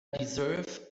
deserve